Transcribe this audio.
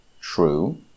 true